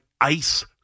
ice